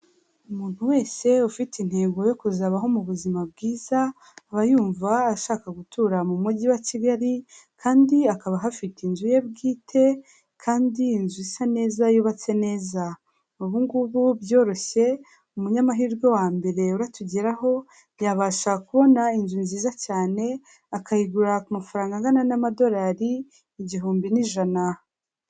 Umuntu wese ufite intego yo kuzabaho mu buzima bwiza, aba yumva ashaka gutura mu Mujyi wa Kigali, kandi akaba ahafite inzu ye bwite, kandi inzu isa neza yubatse neza. Ubu ngubu byoroshye, umunyamahirwe wa mbere uratugeraho, yabasha kubona inzu nziza cyane, akayigura ku mafaranga angana n'amadorari igihumbi n'ijana.